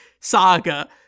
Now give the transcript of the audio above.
saga